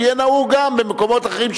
שיהיה נהוג גם במקומות אחרים,